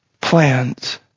plans